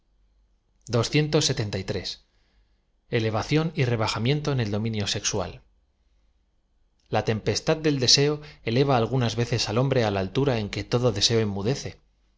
inmediatamente un segundo espíritu levación y rebajamiento en el dominio sexual l a tempestad del deseo eleva algunas veces al hom bre á una altura en que todo deseo enmudece